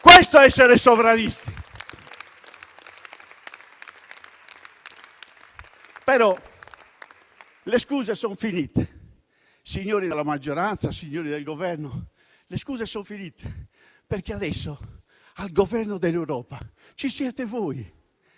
vuol dire essere sovranisti. Le scuse sono finite. Signori della maggioranza, signori del Governo, le scuse sono finite, perché adesso al governo dell'Europa ci siete voi,